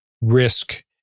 risk